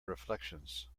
reflections